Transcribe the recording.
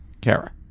Kara